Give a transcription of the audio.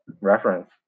reference